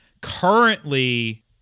Currently